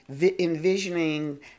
envisioning